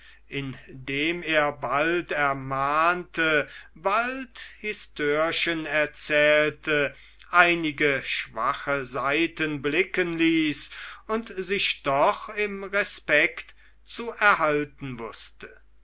indem er bald ermahnte bald histörchen erzählte einige schwache seiten blicken ließ und sich doch im respekt zu erhalten wußte